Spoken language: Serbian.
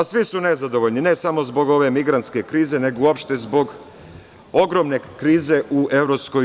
Svi su nezadovoljni, ne samo zbog ove migrantske krize, nego uopšte zbog ogromne krize u EU.